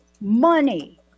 money